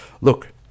Look